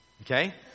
Okay